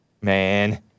man